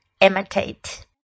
Imitate